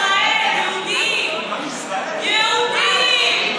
עם ישראל, יהודים, יהודים.